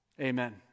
Amen